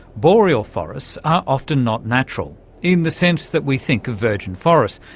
boreal forests are often not natural in the sense that we think of virgin forest,